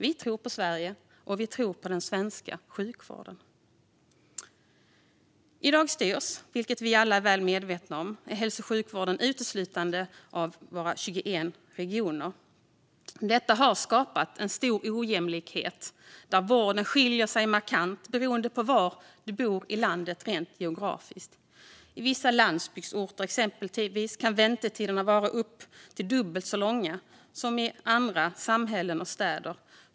Vi tror på Sverige, och vi tror på den svenska sjukvården. Vi är alla väl medvetna om att hälso och sjukvården i dag uteslutande styrs av de 21 regionerna. Detta har skapat en stor ojämlikhet där vården skiljer sig markant beroende på var i landet man bor. I vissa landsbygdsorter kan väntetiderna till exempel vara upp till dubbelt så långa som väntetiderna för samma vård i andra samhällen och städer.